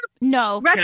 no